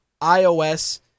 iOS